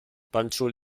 banjul